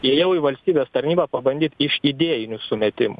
įėjau į valstybės tarnybą pabandyt iš idėjinių sumetimų